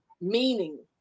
meaning